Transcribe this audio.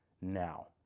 now